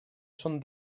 són